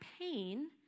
pain